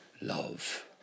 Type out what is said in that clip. Love